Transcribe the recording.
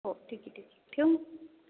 हो ठीक आहे ठीक आहे ठेवू मग